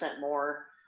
more